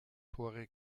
tore